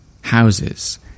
houses